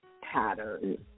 pattern